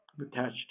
attached